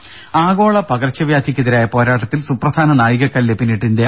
ദേദ ആഗോള പകർച്ചവ്യാധിക്കെതിരായ പോരാട്ടത്തിൽ സുപ്രധാന നാഴികക്കല്ല് പിന്നിട്ട് ഇന്ത്യ